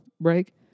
break